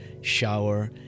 shower